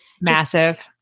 Massive